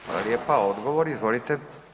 Hvala lijepa, odgovor, izvolite.